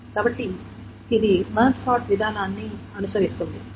కాబట్టి ఇది merge sort విధానాన్ని అనుసరిస్తుంది